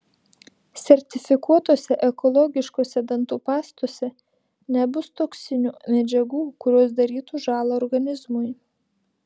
sertifikuotose ekologiškose dantų pastose nebus toksinių medžiagų kurios darytų žąlą organizmui